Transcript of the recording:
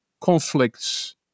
conflicts